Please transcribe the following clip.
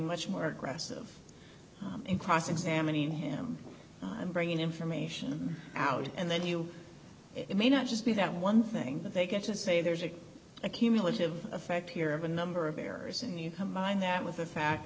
much more aggressive in cross examining him and bringing information out and then you may not just be that one thing but they get to say there's a cumulative effect here of an bearer's and you combine that with the fact